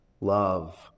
love